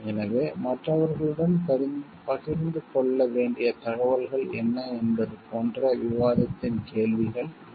எனவே மற்றவர்களுடன் பகிர்ந்து கொள்ள வேண்டிய தகவல்கள் என்ன என்பது போன்ற விவாதத்தின் கேள்விகள் இவை